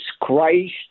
Christ